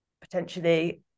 potentially